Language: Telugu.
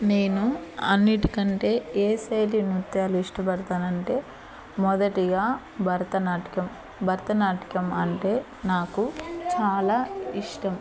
నేను అన్నిటికంటే ఏ శైలి నృత్యాలు ఇష్టపడతాను అంటే మొదటిగా భరతనాట్యం భరతనాట్యం అంటే నాకు చాలా ఇష్టం